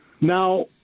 Now